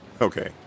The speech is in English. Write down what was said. Okay